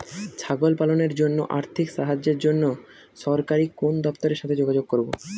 ছাগল পালনের জন্য আর্থিক সাহায্যের জন্য সরকারি কোন দপ্তরের সাথে যোগাযোগ করব?